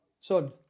son